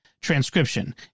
transcription